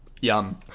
Yum